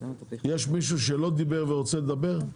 יש מישהו שלא דיבר ורוצה לדבר?